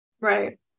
Right